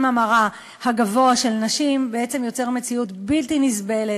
המרה גבוה של נשים יוצר מציאות בלתי-נסבלת,